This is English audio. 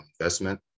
investment